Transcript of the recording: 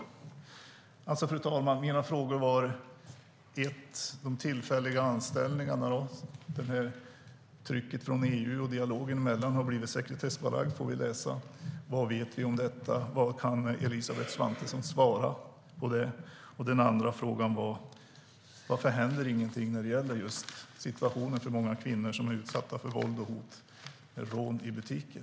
Fru talman! Min första fråga handlar alltså om de tillfälliga anställningarna och trycket från EU. Dialogen har blivit sekretessbelagd, får vi läsa. Vad vet vi om detta, och vad kan Elisabeth Svantesson svara? Min andra fråga är: Varför händer det ingenting när det gäller situationen för de många kvinnor som är utsatta för våld, hot och rån i butiker?